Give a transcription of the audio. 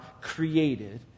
created